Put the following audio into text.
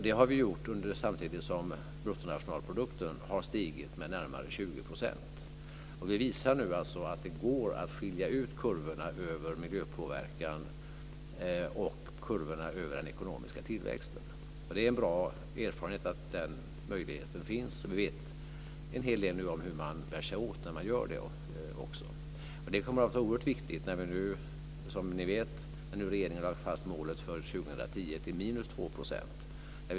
Det har vi gjort samtidigt som bruttonationalprodukten har stigit med närmare 20 %. Vi visar nu att det går att skilja ut kurvorna över miljöpåverkan och kurvorna över den ekonomiska tillväxten. Det är en bra erfarenhet att den möjligheten finns. Vi vet nu en hel del om hur man bär sig åt när man gör det. Det kommer att vara oerhört viktigt när nu regeringen, som ni vet, har lagt fast målet för 2010 till minus 2 %.